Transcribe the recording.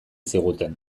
ziguten